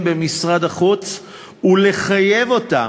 בתיאום עם משרד המשפטים ומשרד השיכון,